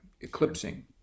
eclipsing